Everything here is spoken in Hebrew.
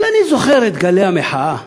אבל אני זוכר את גלי המחאה,